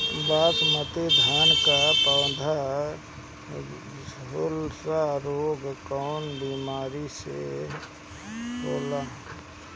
बासमती धान क पौधा में झुलसा रोग कौन बिमारी से होला?